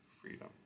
freedom